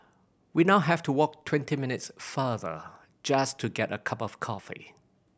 we now have to walk twenty minutes farther just to get a cup of coffee